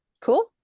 cool